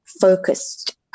focused